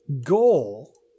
goal